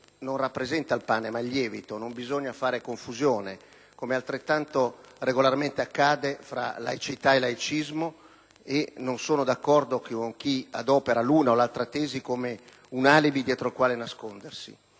non rappresenta il pane, ma il lievito. Non bisogna fare confusione, come altrettanto regolarmente accade, fra laicità e laicismo, e non sono d'accordo con chi adopera l'una o l'altra tesi come un alibi dietro il quale nascondersi.